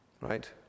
Right